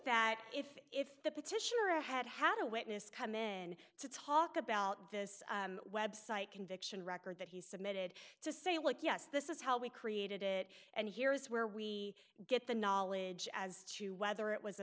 that if if the petitioner had had a witness come in to talk about this website conviction record that he submitted to say look yes this is how we created it and here is where we get the knowledge as to whether it was a